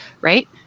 right